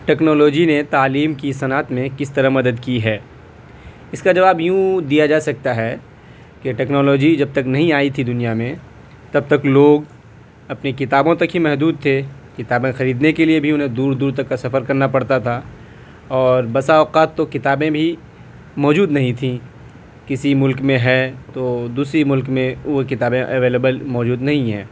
technology نے تعلیم کی صنعت میں کس طرح مدد کی ہے اس کا جواب یوں دیا جا سکتا ہے کہ ٹیکنالوجی جب تک نہیں آئی تھی دنیا میں تب تک لوگ اپنے کتابوں تک ہی محدود تھے کتابیں خریدنے کے لیے انہیں دور دور کا سفر کرنا پڑتا تھا اور بس اوقات تو کتابیں بھی موجود نہیں تھی کسی ملک میں ہے تو دوسری ملک میں وہ کتابیں ایویلبل موجود نہیں ہے